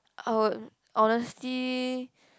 I would honesty